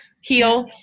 heal